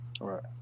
Right